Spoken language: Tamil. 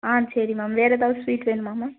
ஆ சரி மேம் வேறு ஏதாவது ஸ்வீட் வேணுமா மேம்